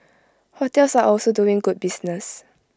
hotels are also doing good business